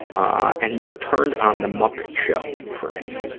ah and he turned on the muppet show for me.